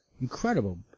incredible